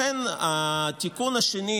לכן התיקון השני,